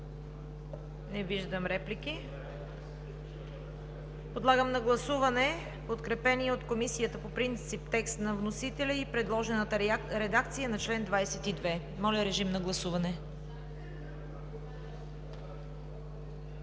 Не виждам. Подлагам на гласуване подкрепения от Комисията по принцип текст на вносителя и предложената редакция на чл. 22. Гласували